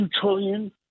trillion